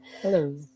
Hello